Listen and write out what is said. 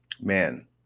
Man